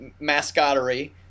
Mascottery